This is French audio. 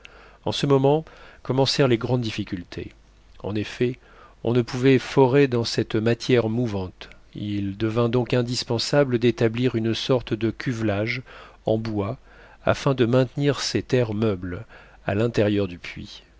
en ce moment commencèrent les grandes difficultés en effet on ne pouvait forer dans cette matière mouvante il devint donc indispensable d'établir une sorte de cuvelage en bois afin de maintenir ces terres meubles à l'intérieur du puits